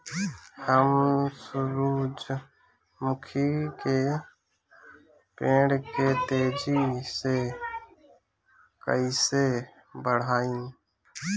हम सुरुजमुखी के पेड़ के तेजी से कईसे बढ़ाई?